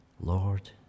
Lord